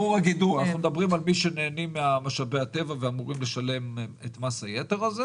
אנחנו מדברים על מי שנהנים ממשאבי הטבע ואמורים לשלם את מס היתר הזה.